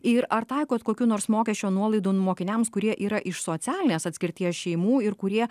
ir ar taikot kokių nors mokesčio nuolaidų mokiniams kurie yra iš socialinės atskirties šeimų ir kurie